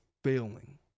failing